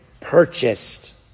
purchased